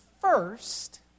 first